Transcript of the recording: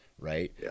right